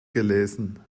gelesen